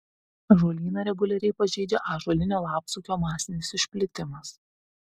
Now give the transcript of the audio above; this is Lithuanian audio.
ąžuolyną reguliariai pažeidžia ąžuolinio lapsukio masinis išplitimas